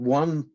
one